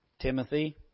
Timothy